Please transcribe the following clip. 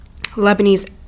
lebanese